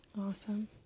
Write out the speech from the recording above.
awesome